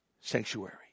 sanctuary